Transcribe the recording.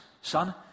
Son